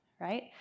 right